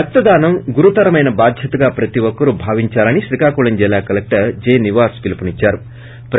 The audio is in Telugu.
రక్తదానం గురుతరమైన బాధ్యతగా ప్రతి ఒక్కరూ భావించాలని శ్రీకాకుళం జిల్లా కలెక్టర్ జె నివాస్ పిలుపునిచ్చారు